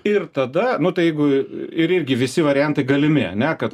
ir tada nu tai jeigu ir irgi visi variantai galimi ane kad